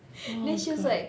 oh my god